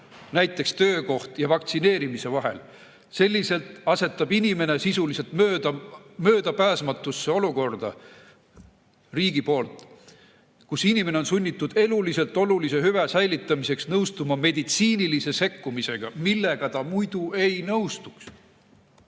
(nt töökoht) ja vaktsineerimise vahel. Selliselt asetab riik inimese sisuliselt möödapääsmatusse olukorda, kus inimene on sunnitud eluliselt olulise hüve säilitamiseks nõustuma meditsiinilise sekkumisega, millega ta muidu ei nõustuks.